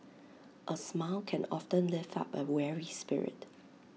A smile can often lift up A weary spirit